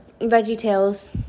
VeggieTales